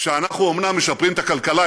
שאנחנו אומנם משפרים את הכלכלה,